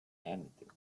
anything